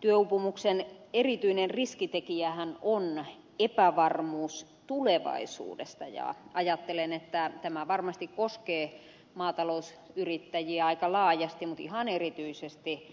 työuupumuksen erityinen riskitekijähän on epävarmuus tulevaisuudesta ja ajattelen että tämä varmasti koskee maatalousyrittäjiä aika laajasti mutta ihan erityisesti